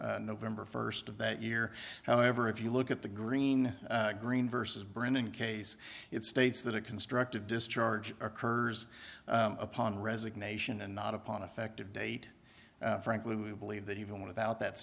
november st of that year however if you look at the green green versus brennan case it states that a constructive discharge occurs upon resignation and not upon effective date frankly we believe that even without that